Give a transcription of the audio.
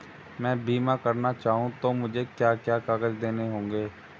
मैं बीमा करना चाहूं तो मुझे क्या क्या कागज़ देने होंगे?